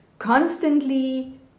constantly